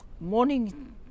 morning